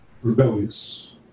rebellious